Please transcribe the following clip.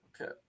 Okay